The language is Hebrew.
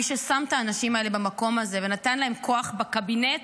מי ששם את האנשים האלה במקום הזה ונתן להם כוח בקבינט,